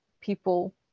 people